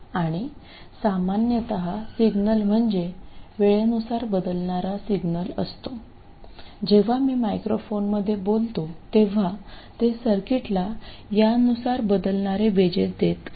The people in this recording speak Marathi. आणि सामान्यत सिग्नल म्हणजे वेळेनुसार बदलणारा सिग्नल असतो जेव्हा मी मायक्रोफोनमध्ये बोलतो तेव्हा ते सर्किटला यानुसार बदलणारे वेजेस देत असते